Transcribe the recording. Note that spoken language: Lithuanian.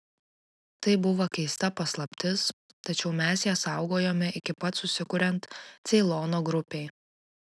tai buvo keista paslaptis tačiau mes ją saugojome iki pat susikuriant ceilono grupei